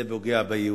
זה פוגע ביהודים,